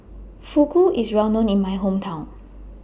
Fugu IS Well known in My Hometown